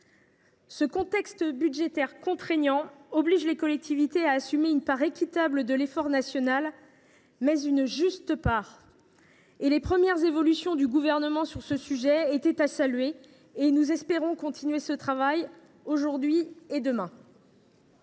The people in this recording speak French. Le contexte budgétaire contraignant oblige les collectivités à assumer une part équitable de l’effort national, mais une juste part. Les premières évolutions du Gouvernement sur ce sujet sont à saluer. Nous espérons continuer ce travail aujourd’hui et demain.